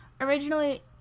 originally